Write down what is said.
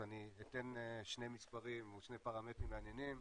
אז אני אתן שני פרמטרים מעניינים.